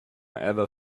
ever